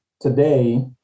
today